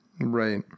right